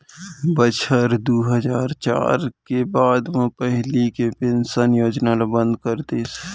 बछर दू हजार चार के बाद म पहिली के पेंसन योजना ल बंद कर दिस